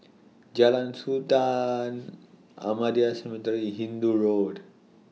Jalan Sultan Ahmadiyya Cemetery Hindoo Road